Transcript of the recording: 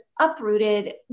uprooted